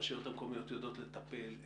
הרשויות המקומיות יודעות לטפל.